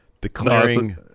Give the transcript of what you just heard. declaring